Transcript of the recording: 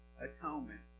atonement